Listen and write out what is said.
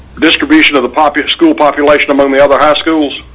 distribution of the popular school population among the other high schools.